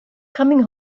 coming